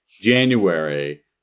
January